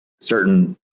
certain